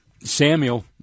Samuel